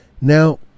Now